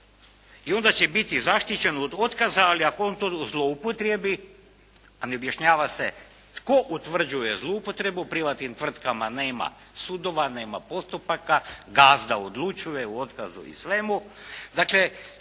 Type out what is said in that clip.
i onda će biti zaštićen od otkaza. Ali ako on to zloupotrijebi, a ne objašnjava se tko utvrđuje zloupotrebu. U privatnim tvrtkama nema sudova, nema postupaka, gazda odlučuje o otkazu i svemu.